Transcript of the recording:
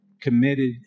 committed